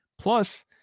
plus